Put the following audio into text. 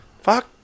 Fuck